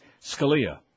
Scalia